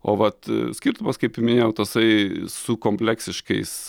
o vat skirtumas kaip minėjau tasai su kompleksiškais